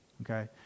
okay